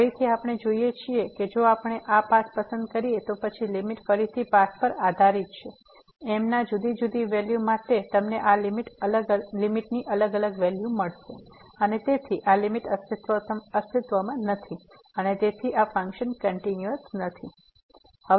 તેથી ફરીથી આપણે જોઈએ છીએ કે જો આપણે આ પાથ પસંદ કરીએ તો પછી લીમીટ ફરીથી પાથ પર આધારીત છે m ના જુદી જુદી વેલ્યુ માટે તમને આ લીમીટની અલગ અલગ વેલ્યુ મળશે અને તેથી આ લીમીટ અસ્તિત્વમાં નથી અને તેથી આ ફંક્શન કંટીન્યુઅસ નથી